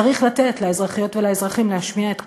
צריך לתת לאזרחיות ולאזרחים להשמיע את קולם.